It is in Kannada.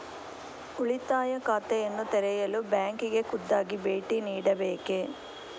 ಉಳಿತಾಯ ಖಾತೆಯನ್ನು ತೆರೆಯಲು ಬ್ಯಾಂಕಿಗೆ ಖುದ್ದಾಗಿ ಭೇಟಿ ನೀಡಬೇಕೇ?